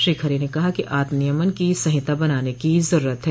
श्री खरे ने कहा कि आत्म नियमन की संहिता बनाने की जरूरत है